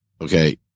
okay